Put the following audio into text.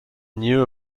knew